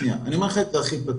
אני אומר לך בצורה הכי פתוחה,